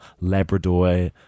Labrador